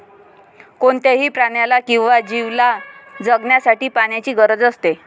कोणत्याही प्राण्याला किंवा जीवला जगण्यासाठी पाण्याची गरज असते